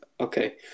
okay